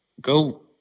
go